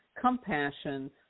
compassion